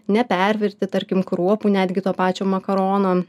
nepervirti tarkim kruopų netgi to pačio makarono